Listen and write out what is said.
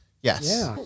Yes